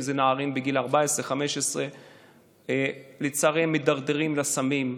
אם זה נערים בגיל 15-14. לצערי הם מידרדרים לסמים,